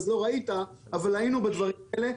אבל היינו בדברים האלה.